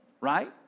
right